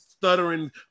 Stuttering